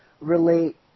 relate